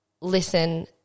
listen